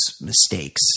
mistakes